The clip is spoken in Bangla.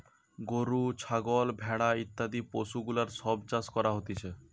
গরু, ছাগল, ভেড়া ইত্যাদি পশুগুলার সব চাষ করা হতিছে